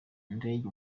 ndege